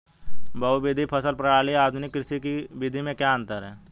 बहुविध फसल प्रणाली और आधुनिक कृषि की विधि में क्या अंतर है?